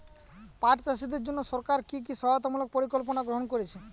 পাট চাষীদের জন্য সরকার কি কি সহায়তামূলক পরিকল্পনা গ্রহণ করেছে?